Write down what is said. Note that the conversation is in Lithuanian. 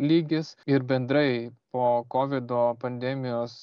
lygis ir bendrai po kovido pandemijos